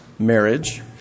Marriage